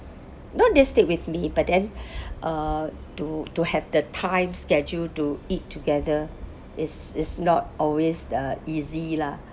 not they stay with me but then uh to to have the time schedule to eat together is is not always uh easy lah